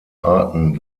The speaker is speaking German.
arten